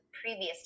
previous